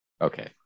Okay